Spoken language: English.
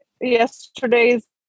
yesterday's